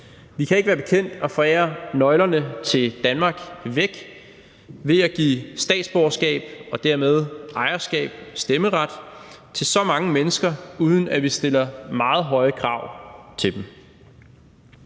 Vi kan ikke være bekendt at forære nøglerne til Danmark væk, ved at vi giver statsborgerskab og dermed ejerskab og stemmeret til så mange mennesker, uden at vi stiller meget høje krav til dem.